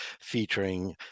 featuring